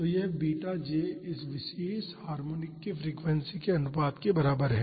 तो यह beta j इस विशेष हार्मोनिक के फ्रीक्वेंसी अनुपात के बराबर है